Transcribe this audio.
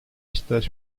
estas